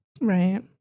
right